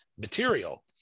material